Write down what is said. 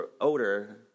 odor